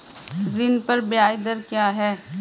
ऋण पर ब्याज दर क्या है?